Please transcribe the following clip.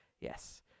Yes